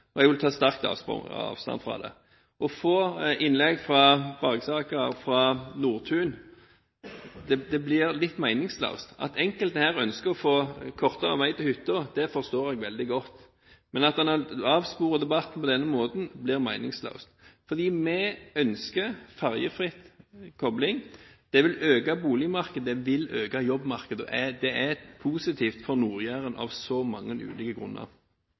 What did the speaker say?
og jeg vil ta sterkt avstand fra det. Å få innlegg fra Nordtun i denne saken blir litt meningsløst. At enkelte her ønsker å få kortere vei til hytta, forstår jeg veldig godt, men at en avsporer debatten på denne måten, er meningsløst. Vi ønsker ferjefri tilkobling. Det vil øke boligmarkedet, og det vil øke jobbmarkedet. Det er positivt for Nord-Jæren av så mange ulike grunner.